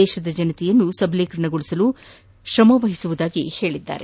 ದೇಶದ ಜನತೆಯನ್ನು ಸಬಲೀಕರಣಗೊಳಿಸಲು ಶ್ರಮವಹಿಸುವುದಾಗಿ ಹೇಳಿದ್ದಾರೆ